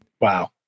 Wow